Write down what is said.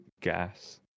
gas